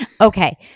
Okay